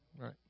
Right